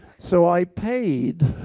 so i paid